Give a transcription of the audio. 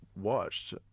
watched